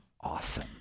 awesome